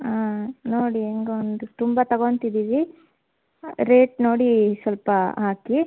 ಹಾಂ ನೋಡಿ ಹೇಗೋ ಒಂದು ತುಂಬ ತಗೋತಿದ್ದೀವಿ ರೇಟ್ ನೋಡಿ ಸ್ವಲ್ಪ ಹಾಕಿ